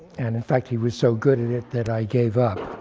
and in fact, he was so good at it that i gave up